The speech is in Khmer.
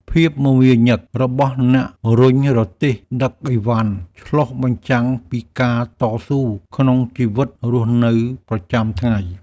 ភាពមមាញឹករបស់អ្នករុញរទេះដឹកឥវ៉ាន់ឆ្លុះបញ្ចាំងពីការតស៊ូក្នុងជីវិតរស់នៅប្រចាំថ្ងៃ។